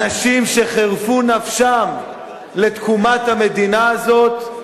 אנשים שחירפו נפשם על תקומת המדינה הזאת,